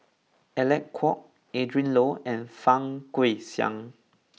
Alec Kuok Adrin Loi and Fang Guixiang